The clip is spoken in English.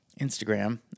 Instagram